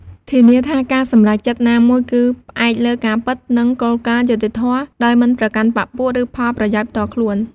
ធានាថាការសម្រេចចិត្តណាមួយគឺផ្អែកលើការពិត និងគោលការណ៍យុត្តិធម៌ ដោយមិនប្រកាន់បក្ខពួក ឬផលប្រយោជន៍ផ្ទាល់ខ្លួន។